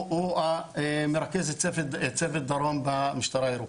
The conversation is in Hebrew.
הוא מרכז צוות דרום במשטרה הירוקה.